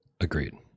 Agreed